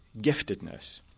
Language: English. giftedness